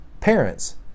parents